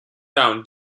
down